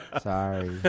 Sorry